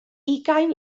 ugain